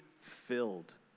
filled